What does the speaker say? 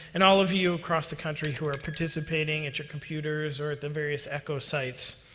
and all of you across the country who are participating at your computers or at the various echo sites.